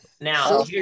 now